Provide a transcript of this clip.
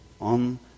on